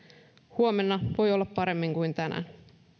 huomenna voi olla paremmin kuin tänään